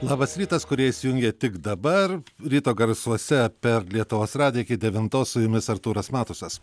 labas rytas kurie įsijungia tik dabar ryto garsuose per lietuvos radiją iki devintos su jumis artūras matusas